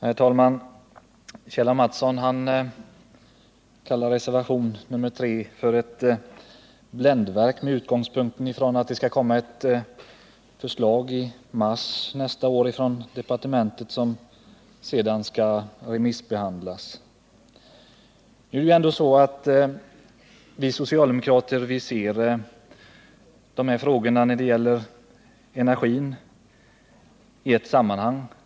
Herr talman! Kjell Mattsson kallar reservationen 3 för ett bländverk, med utgångspunkt i att det i mars nästa år skall komma ett förslag från departementet, vilket sedan skall remissbehandlas. Det är ändå så att vi socialdemokrater ser de här frågorna om energin i ett sammanhang.